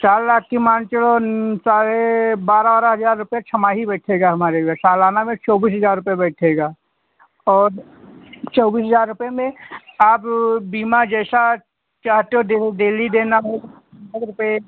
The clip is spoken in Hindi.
चार लाख की मान कर चलो साढ़े बारा ओरा हजार रुपये छमाही बैठेगा हमारे सालाना में चौबीस हजार रुपये बैठेगा और चौबीस हजार रुपये में आप बीमा जैसा चाहते हो डेली देना हो रुपये